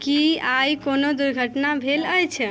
कि आइ कोनो दुर्घटना भेल अछि